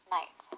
Night